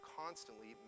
constantly